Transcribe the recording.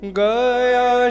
Gaya